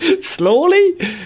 Slowly